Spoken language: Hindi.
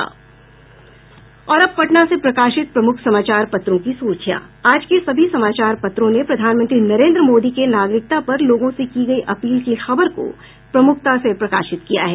अब पटना से प्रकाशित प्रमुख समाचार पत्रों की सुर्खियां आज के सभी समाचार पत्रों ने प्रधानमंत्री नरेन्द्र मोदी के नागरिकता पर लोगों से की गयी अपील की खबर को प्रमुखता से प्रकाशित किया है